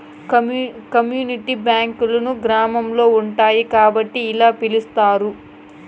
community బ్యాంకులు గ్రామాల్లో ఉంటాయి కాబట్టి ఇలా పిలుత్తారు